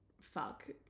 fuck